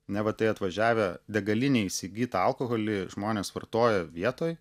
neva tai atvažiavę degalinėj įsigytą alkoholį žmonės vartoja vietoj